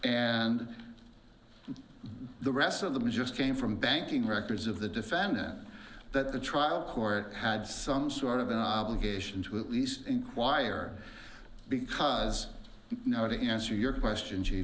and the rest of them just came from banking records of the defendant that the trial court had some sort of an obligation to at least inquire because now to answer your question